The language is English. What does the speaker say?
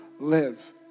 live